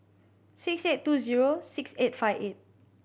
six eight two zero six eight five eight